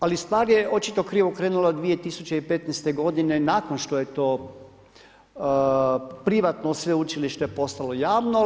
Ali stvar je očito krivo krenula 2015. godine nakon što je to privatno sveučilište postalo javno.